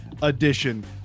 edition